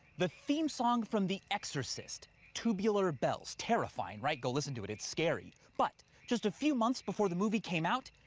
the theme song from the exorcist, tubular bells. terrifying, right? go listen to it, it's scary. but just a few months before the movie came out,